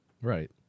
Right